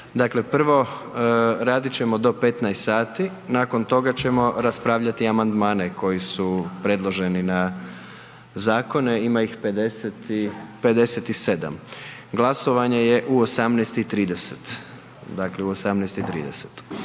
Dakle, prvo, radit ćemo do 15 sati, nakon toga ćemo raspravljati amandmane koji su predloženi na zakone, ima ih 57. Glasovanje je u 18,30. Druga